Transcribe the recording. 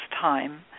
time